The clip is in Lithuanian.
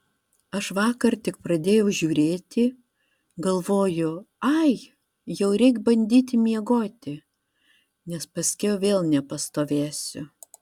aš vakar tik pradėjau žiūrėti galvoju ai jau reik bandyti miegoti nes paskiau vėl nepastovėsiu